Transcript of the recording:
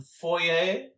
foyer